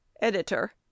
editor